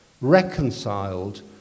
reconciled